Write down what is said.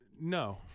No